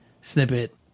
snippet